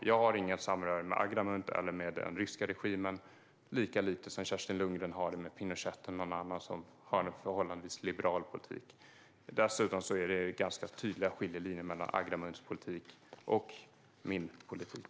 Jag har inget samröre med Agramunt eller den ryska regimen, lika lite som Kerstin Lundgren har det med Pinochet eller någon annan som har en förhållandevis liberal politik. Dessutom är det ganska tydliga skiljelinjer mellan Agramunts politik och min politik.